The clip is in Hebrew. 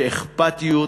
באכפתיות,